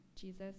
Jesus